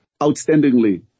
outstandingly